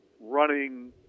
running